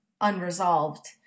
unresolved